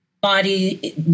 body